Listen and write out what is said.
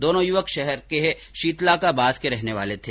दोनो युवक शहर के शीतला का बास के रहने वाले थे